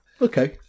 Okay